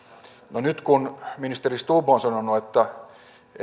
no nyt kun ministeri stubb on sanonut että